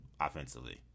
offensively